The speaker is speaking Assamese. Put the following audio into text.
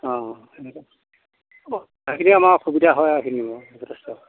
অ থকাখিনি আমাৰ অসুবিধা হয় সেইখিনি